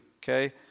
okay